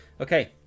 Okay